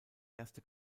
erste